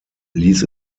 ließ